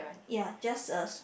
ya just a